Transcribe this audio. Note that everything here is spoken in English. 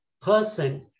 person